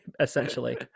essentially